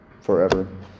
forever